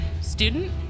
student